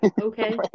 Okay